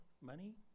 money